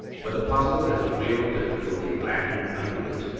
but the puzzle has a real difficulty latent under it,